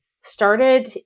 started